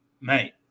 Mate